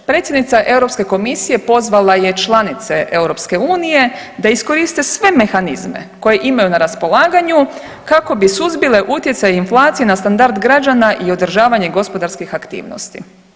Predsjednica Europske komisije pozvala je članice EU da iskoriste sve mehanizme koje imaju na raspolaganju kako bi suzbile utjecaj inflacije na standard građana i održavanje gospodarskih aktivnosti.